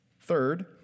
Third